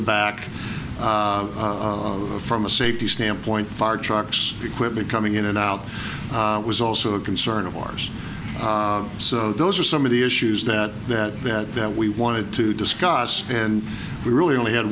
the back from a safety standpoint fire trucks equipment coming in and out was also a concern of ours so those are some of the issues that that that that we wanted to discuss and we really only had